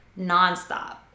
nonstop